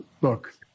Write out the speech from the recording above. look